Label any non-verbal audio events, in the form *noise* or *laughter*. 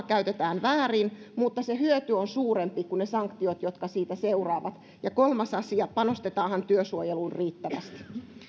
*unintelligible* käytetään väärin mutta se hyöty on suurempi kuin ne sanktiot jotka siitä seuraavat ja kolmas asia panostetaanhan työsuojeluun riittävästi